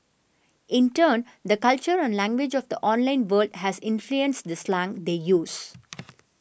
in turn the culture and language of the online world has influenced the slang they use